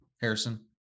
Harrison